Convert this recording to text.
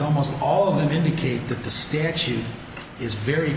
almost all of them indicate that the statute is very